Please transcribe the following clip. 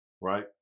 right